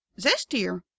zestier